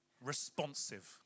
Responsive